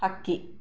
ಹಕ್ಕಿ